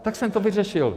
Tak jsem to vyřešil...